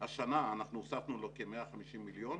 השנה הוספנו לו כ-150 מיליון,